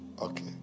Okay